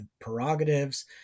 prerogatives